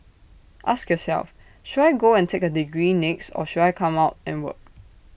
ask yourself should I go and take A degree next or should I come out and work